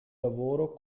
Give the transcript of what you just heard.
lavoro